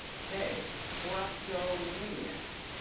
k, kleptomaniac.